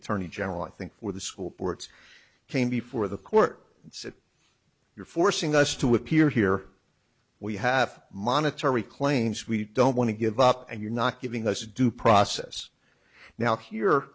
attorney general i think where the school boards came before the court and said you're forcing us to appear here we have monetary claims we don't want to give up and you're not giving us due process now here